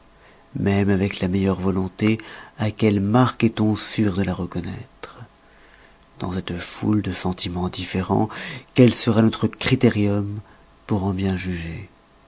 même avec la meilleure volonté à quelles marques est-on sûr de la reconnoître dans cette foule de sentimens différents quel sera notre criterium pour en bien juger